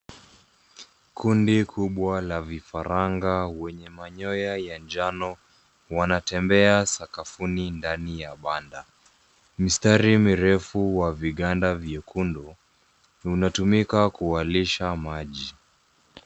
Kundi kubwa la vifaranga wenye manyoya ya njano wanatembea sakafuni ndani ya banda. Mistari mirefu wa viganda viekundu unatumikwa kuwalisha maji.